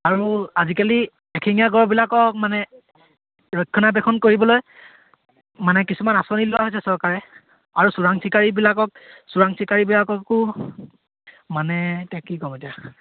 আৰু আজিকালি এশিঙীয়া গঁড়বিলাকক মানে ৰক্ষণাবেক্ষণ কৰিবলৈ মানে কিছুমান আঁচনি লোৱা হৈছে চৰকাৰে আৰু চোৰাং চিকাৰীবিলাকক চোৰাং চিকাৰীবিলাককো মানে এতিয়া কি ক'ম এতিয়া